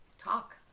Talk